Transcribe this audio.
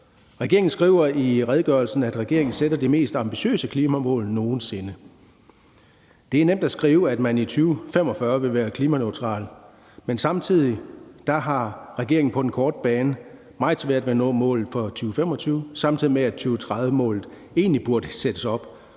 Regeringen skriver i redegørelsen, at regeringen sætter de mest ambitiøse klimamål nogen sinde. Det er nemt at skrive, at man i 2045 vil være klimaneutrale, men samtidig har regeringen på den korte bane meget svært ved at nå målet for 2025, samtidig med at 2030-målet egentlig burde sættes op